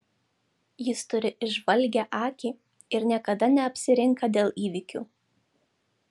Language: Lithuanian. jis turi įžvalgią akį ir niekada neapsirinka dėl įvykių